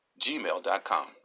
gmail.com